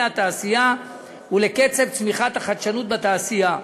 התעשייה ולקצב צמיחת החדשנות בתעשייה.